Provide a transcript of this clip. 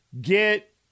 Get